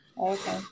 Okay